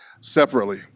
separately